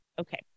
Okay